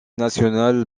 nationales